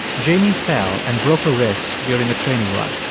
jamie fell and broke a wrist during a training run.